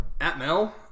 Atmel